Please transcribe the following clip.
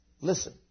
Listen